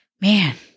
man